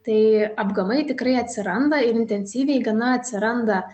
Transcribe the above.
tai apgamai tikrai atsiranda ir intensyviai gana atsiranda